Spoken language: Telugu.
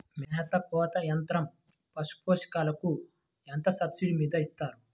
మేత కోత యంత్రం పశుపోషకాలకు ఎంత సబ్సిడీ మీద ఇస్తారు?